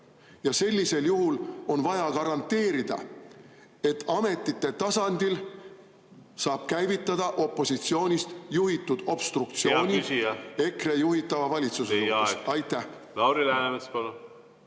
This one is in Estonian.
ja sellisel juhul on vaja garanteerida, et ametite tasandil saab käivitada opositsioonist juhitud obstruktsiooni EKRE juhitava valitsuse vastu? Aitäh,